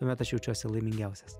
tuomet aš jaučiuosi laimingiausias